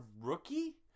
rookie